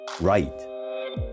right